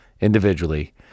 individually